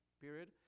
period